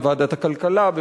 בוועדת הכלכלה,